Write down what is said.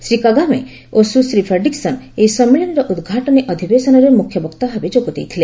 Shri Kagame ଓ Sushri Frederiksen ଏହି ସମ୍ମିଳନୀର ଉଦ୍ଘାଟନୀ ଅଧିବେଶନରେ ମୁଖ୍ୟବକ୍ତା ଭାବେ ଯୋଗ ଦେଇଥିଲେ